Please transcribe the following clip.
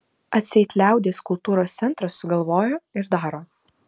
atseit liaudies kultūros centras sugalvojo ir daro